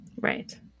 right